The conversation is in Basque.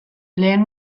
lehen